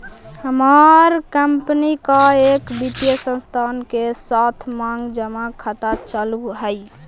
हमार कंपनी का एक वित्तीय संस्थान के साथ मांग जमा खाता चालू हई